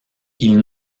ils